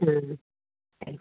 ம்